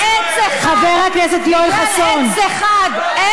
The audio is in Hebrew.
סליחה, אני לא מוכן לשמוע את הדברים אלה.